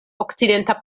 okcidenta